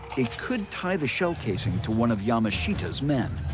it could tie the shell casing to one of yamashita's men.